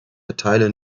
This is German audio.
erteile